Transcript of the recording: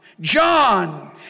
John